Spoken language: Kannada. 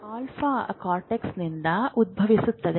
ಆಲ್ಫಾ ಕಾರ್ಟೆಕ್ಸ್ನಿಂದ ಉದ್ಭವಿಸುತ್ತದೆ